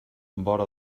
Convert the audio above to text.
vora